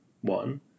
one